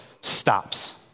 stops